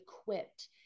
equipped